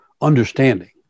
understanding